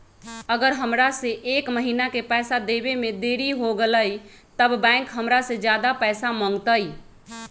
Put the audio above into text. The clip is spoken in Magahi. अगर हमरा से एक महीना के पैसा देवे में देरी होगलइ तब बैंक हमरा से ज्यादा पैसा मंगतइ?